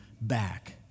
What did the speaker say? back